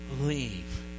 leave